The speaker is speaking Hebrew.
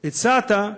הצעת,